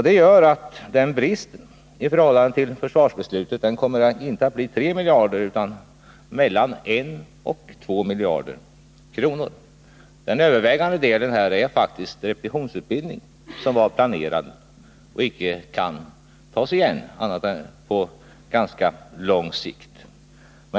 Det gör att bristen i förhållande till försvarsbeslutet inte kommer att bli 3 miljarder utan mellan 1 och 2 miljarder kronor. Till övervägande del beror denna på att man inställt planerad repetitionsutbildning, som icke kan tas igen annat än på ganska lång sikt.